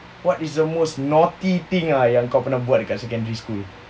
what is the most naughty thing yang kau pernah buat secondary school